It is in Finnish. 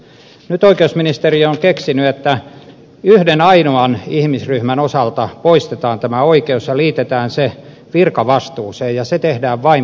nyt oikeusministeriö on keksinyt että yhden ainoan ihmisryhmän osalta poistetaan tämä oikeus ja liitetään se virkavastuuseen ja se tehdään vain poliisille